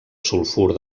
sulfur